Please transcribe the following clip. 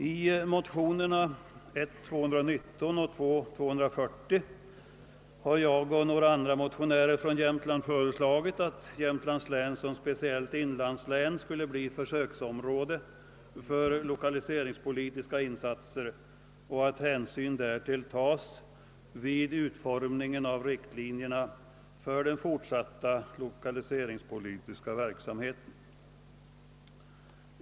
I motionsparet I: 219 och II: 240 har jag och några medmotionärer från Jämtland föreslagit att Jämtlands län som speciellt inlandslän skall bli försöksområde för lokaliseringspolitiska insatser och att hänsyn därtill tages vid utformningen av riktlinjerna för den fortsatta lokaliseringspolitiska verksamheten.